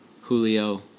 Julio